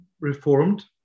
reformed